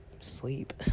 sleep